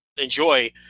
enjoy